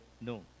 No